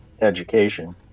education